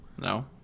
No